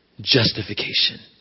Justification